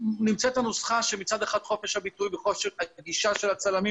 נמצא את הנוסחה שמצד אחד חופש הביטוי וחופש הגישה של הצלמים